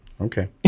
Okay